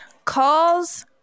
calls